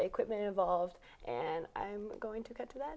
equipment involved and i'm going to get to